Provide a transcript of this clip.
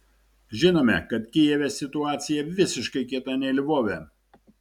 žinome kad kijeve situacija visiškai kita nei lvove